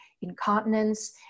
incontinence